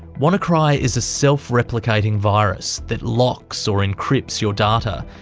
wannacry is a self-replicating virus that locks or encrypts your data,